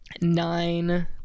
nine